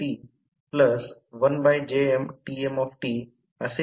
17 असते तेव्हा तेच एक उत्तर आहे